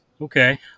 okay